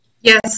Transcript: Yes